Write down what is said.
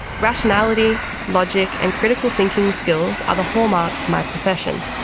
rationality, logic and critical thinking skills are the hallmarks of my profession.